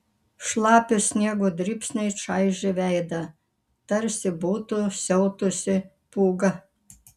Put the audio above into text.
šlapio sniego dribsniai čaižė veidą tarsi būtų siautusi pūga